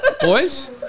Boys